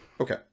Okay